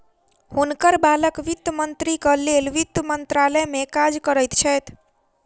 हुनकर बालक वित्त मंत्रीक लेल वित्त मंत्रालय में काज करैत छैथ